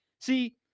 See